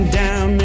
down